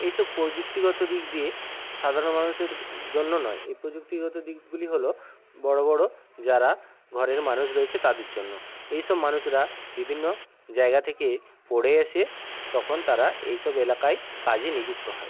এই সব প্রযুক্তিগত দিক দিয়ে সাধারণ মানুষের জন্য নয় এই প্রযুক্তিগত দিকগুলি হলো বড়ো বড়ো যারা ঘরের মানুষ রয়েছে তাদের জন্য এই সব মানুষরা বিভিন্ন জায়গা থেকে পড়ে এসে তখন তারা এই সব এলাকায় কাজে নিযুক্ত হয়